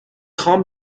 خوام